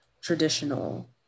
traditional